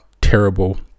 terrible